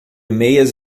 meias